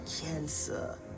cancer